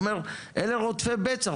הוא אומר אלה רודפי בצע,